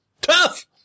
tough